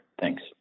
Thanks